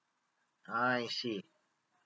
I see